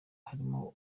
harimo